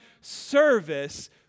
service